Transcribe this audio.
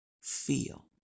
feel